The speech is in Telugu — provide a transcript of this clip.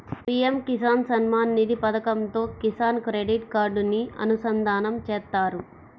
పీఎం కిసాన్ సమ్మాన్ నిధి పథకంతో కిసాన్ క్రెడిట్ కార్డుని అనుసంధానం చేత్తారు